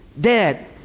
dead